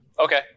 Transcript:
Okay